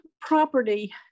property